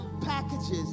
packages